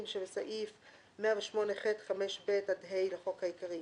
שבסעיף 108ח(5)(ב) עד (ה) לחוק העיקרי,